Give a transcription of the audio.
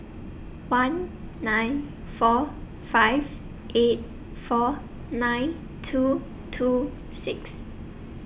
one nine four five eight four nine two two six